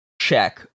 check